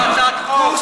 תתייחס להצעת חוק.